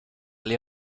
les